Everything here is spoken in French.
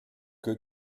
que